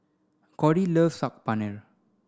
Cody loves Saag Paneer